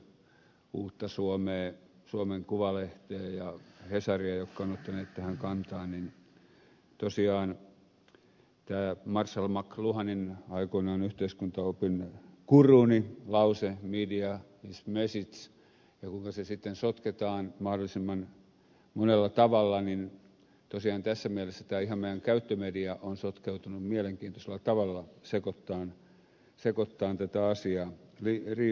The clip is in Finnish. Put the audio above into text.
iltapäivälehdistöä uutta suomea suomen kuvalehteä ja hesaria jotka ovat ottaneet tähän kantaa niin tosiaan tämä marshall mcluhanin aikoinaan yhteiskuntaopin guruni lause media is message ja kuinka se sitten sotketaan mahdollisimman monella tavalla tosiaan tässä mielessä tämä ihan meidän käyttömediamme on sotkeutunut mielenkiintoisella tavalla sekoittamaan tätä asiaa